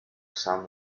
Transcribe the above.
some